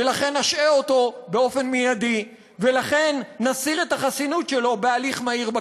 ולכן נשעה אותו באופן מיידי ולכן נסיר את החסינות שלו בהליך מהיר בכנסת.